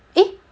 eh